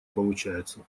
получается